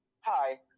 Hi